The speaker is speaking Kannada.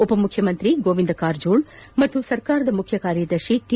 ಉಪಮುಖ್ಯಮಂತ್ರಿ ಗೋವಿಂದ ಕಾರಜೋಳ ಮತ್ತು ಸರ್ಕಾರದ ಮುಖ್ಯ ಕಾರ್ಯದರ್ಶಿ ಟಿ